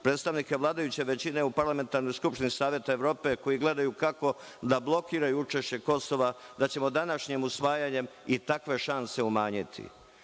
predstavnike vladajuće većine u Parlamentarnoj skupštini SE koji gledaju kako da blokiraju učešće Kosova, da ćemo današnjim usvajanjem i takve šanse umanjiti. Bojim